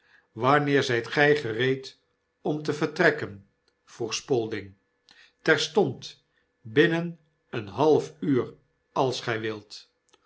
wanneer zijt gij gereed omtevertrekken vroeg spalding terstond binnen een half uur als gy wilt